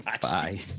Bye